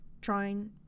drawing